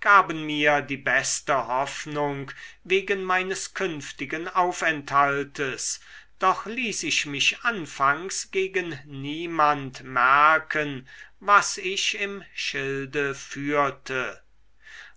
gaben mir die beste hoffnung wegen meines künftigen aufenthaltes doch ließ ich mich anfangs gegen niemand merken was ich im schilde führte